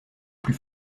plus